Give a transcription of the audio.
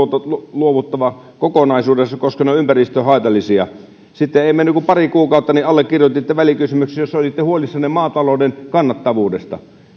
luovuttava kokonaisuudessaan koska ne ovat ympäristöhaitallisia sitten ei mennyt kuin pari kuukautta niin allekirjoititte välikysymyksen jossa olitte huolissanne maatalouden kannattavuudesta